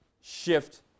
shift